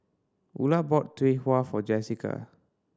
Ula bought Tau Huay for Jessika